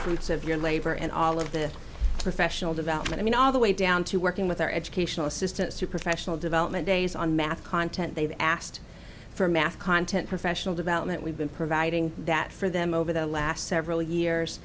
fruits of your labor and all of the professional development i mean all the way down to working with our educational assistance to professional development days on math content they've asked for math content professional development we've been providing that for them over the last several years